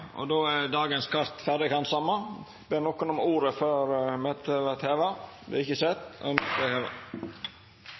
Då er kartet for dagen ferdig handsama. Ber nokon om ordet før møtet vert heva? – Det er ikkje